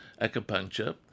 acupuncture